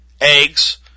eggs